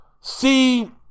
see